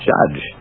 Judge